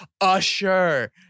Usher